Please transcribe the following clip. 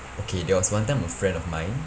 okay there was one time a friend of mine